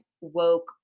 woke